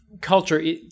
culture